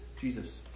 Jesus